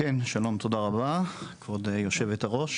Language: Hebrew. שלום ותודה רבה כבוד היו"ר,